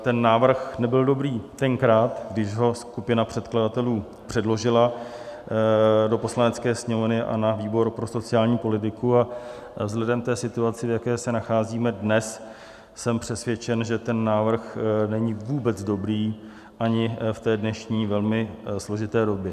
Ten návrh nebyl dobrý tenkrát, když ho skupina předkladatelů předložila do Poslanecké sněmovny a na výboru pro sociální politiku, a vzhledem k situaci, v jaké se nacházíme dnes, jsem přesvědčen, že ten návrh není vůbec dobrý ani v dnešní velmi složité době.